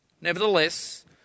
Nevertheless